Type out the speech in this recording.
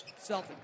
Celtics